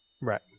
Right